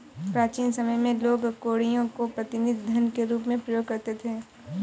प्राचीन समय में लोग कौड़ियों को प्रतिनिधि धन के रूप में प्रयोग करते थे